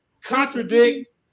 contradict